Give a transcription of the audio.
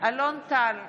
אלון טל,